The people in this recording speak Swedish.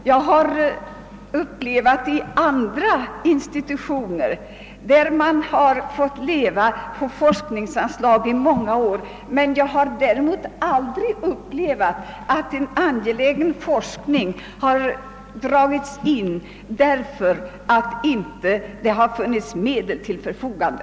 Jag har erfarenhet från andra institutioner som under många år fått leva på forskningsanslag, men jag har aldrig varit med om att en angelägen forskning har måst avbrytas därför att det inte stått medel till förfogande.